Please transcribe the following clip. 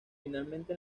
finalmente